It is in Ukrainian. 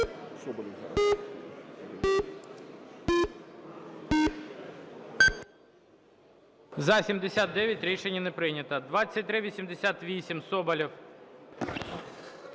За – 79 Рішення не прийнято. 2388, Соболєв.